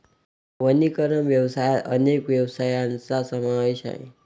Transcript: वनीकरण व्यवसायात अनेक व्यवसायांचा समावेश आहे